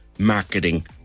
marketing